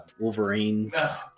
wolverines